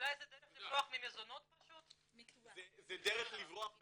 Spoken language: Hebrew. אולי זו דרך לברוח ממזונות פשוט?